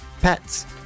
pets